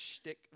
shtick